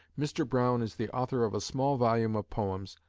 mr. browne is the author of a small volume of poems,